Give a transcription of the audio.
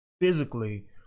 physically